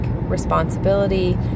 responsibility